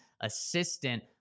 assistant